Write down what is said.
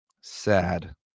sad